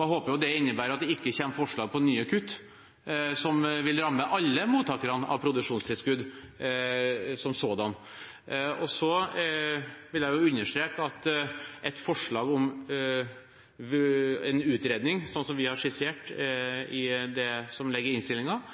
Jeg håper det innebærer at det ikke kommer forslag om nye kutt, som vil ramme alle mottakerne av produksjonstilskudd som sådan. Jeg vil understreke at et forslag om en utredning, slik vi har skissert i innstillingen,